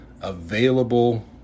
available